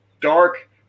dark